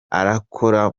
arakora